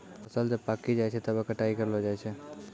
फसल जब पाक्की जाय छै तबै कटाई करलो जाय छै